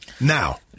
Now